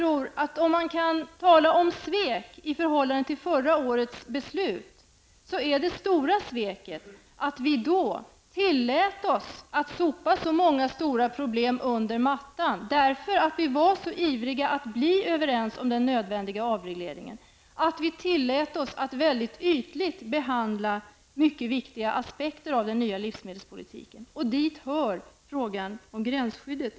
Om man kan tala om svek i förhållande till förra årets beslut är -- tror jag -- det stora sveket att vi då tillät oss att sopa så många stora problem under mattan. Vi gjorde det därför att vi var så ivriga att bli överens om den nödvändiga avregleringen. Vi tillät oss att väldigt ytligt behandla mycket viktiga aspekter av den nya livsmedelspolitiken. Dit hör -- enligt min mening -- frågan om gränsskyddet.